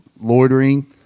loitering